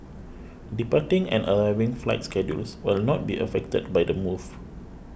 departing and arriving flight schedules will not be affected by the move